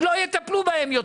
יותר לא טפלו בהם.